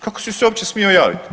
Kako si se uopće smio javiti?